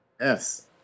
Yes